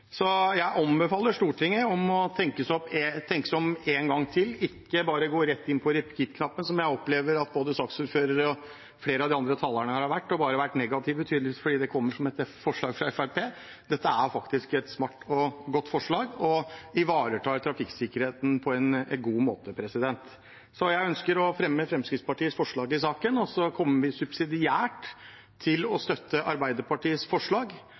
Jeg anbefaler Stortinget å tenke seg om én gang til og ikke bare gå rett inn på repeat-knappen, som jeg opplever at både saksordføreren og flere av de andre talerne her har gjort – og bare vært negative, tydeligvis fordi det kommer som et forslag fra Fremskrittspartiet. Dette er faktisk et smart og godt forslag som ivaretar trafikksikkerheten på en god måte. Så jeg ønsker å ta opp Fremskrittspartiets forslag i saken. Vi kommer subsidiært til å støtte Arbeiderpartiets forslag,